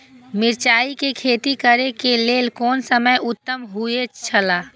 मिरचाई के खेती करे के लेल कोन समय उत्तम हुए छला?